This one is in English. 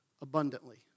abundantly